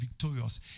victorious